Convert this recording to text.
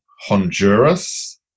Honduras